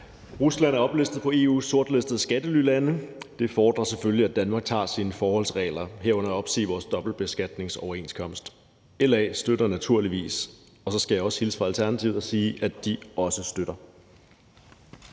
Rusland er oplistet på EU's sortliste over skattelylande. Det fordrer selvfølgelig, at Danmark tager sine forholdsregler, herunder opsiger vores dobbeltbeskatningsoverenskomst. LA støtter naturligvis. Og så skal jeg også hilse fra Alternativet og sige, at de også støtter